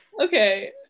Okay